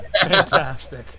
Fantastic